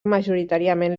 majoritàriament